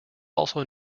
also